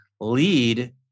lead